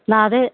लादो